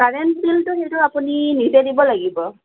current বিলটো সেইটো আপুনি নিজে দিব লাগিব